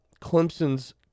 Clemson's